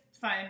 fine